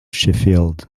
sheffield